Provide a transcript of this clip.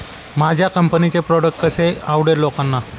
माझ्या कंपनीचे प्रॉडक्ट कसे आवडेल लोकांना?